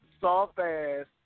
soft-ass